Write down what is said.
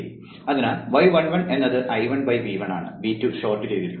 അതിനാൽ y11 എന്നത് I1 V1 ആണ് V2 ഷോർട്ട് ചെയ്തിരിക്കുന്നു